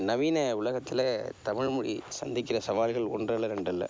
நவீன உலகத்தில் தமிழ் மொழி சந்திக்கிற சவால்கள் ஒன்றல்ல ரெண்டல்ல